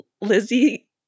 Lizzie